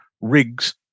rigs